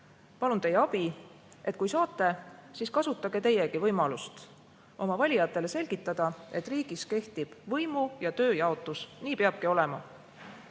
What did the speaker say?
liikmete abi, et kui saate, siis kasutage teiegi võimalust oma valijatele selgitada, et riigis kehtib võimu ja töö jaotus. Nii peabki olema.